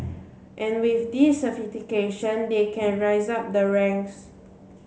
and with this certification they can rise up the ranks